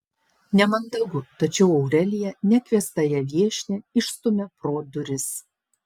nemandagu tačiau aurelija nekviestąją viešnią išstumia pro duris